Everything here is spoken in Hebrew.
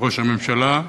ראש הממשלה,